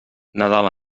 nadal